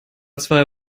zwei